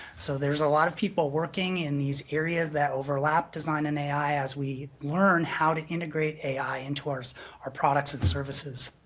so, there's a lot of people working in these areas that overlap, design an ai as we learn how to integrate ai into our products and services.